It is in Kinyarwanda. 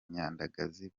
nyandagazi